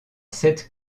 sept